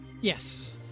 Yes